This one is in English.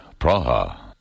Praha